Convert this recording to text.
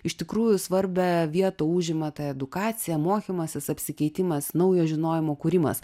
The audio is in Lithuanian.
iš tikrųjų svarbią vietą užima ta edukacija mokymasis apsikeitimas naujo žinojimo kūrimas